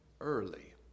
early